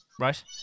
Right